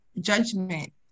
judgment